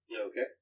Okay